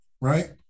right